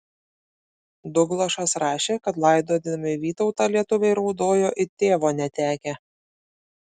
dlugošas rašė kad laidodami vytautą lietuviai raudojo it tėvo netekę